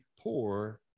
poor